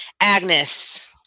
Agnes